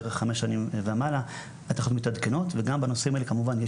בערך חמש שנים ומעלה התוכניות מתעדכנות וגם בנושאים האלה כמובן,